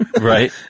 Right